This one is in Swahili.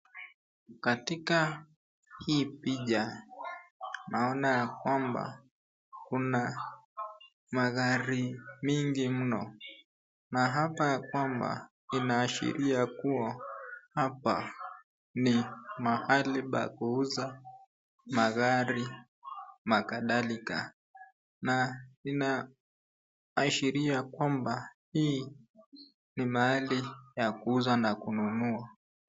Katika hii picha naona ya kwamba kuna magari mingi mno. Naapa ya kwamba inaashiria kuwa hapa ni mahali ya kuuza magari na kadhalika na inaashiria kwamba hii ni mahali ya kuuza na kununua.